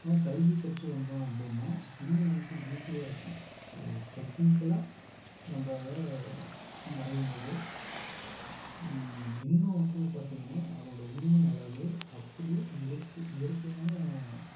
ஆனால் கல்வி கற்று வந்தோம் அப்படினா இன்னும் நமக்கு ஈஸியாக இருக்கும் ஸோ டெக்னிக்கலாக நம்ம அதை வரையும்போது இன்னும் வந்து பார்த்திங்கன்னா அதோடய உண்மை அழகு அப்படியே இறுக்கி இயற்கையான